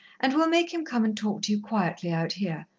and we'll make him come and talk to you quietly out here.